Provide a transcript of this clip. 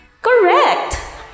Correct